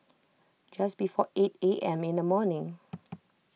just before eight A M in the morning